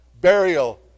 burial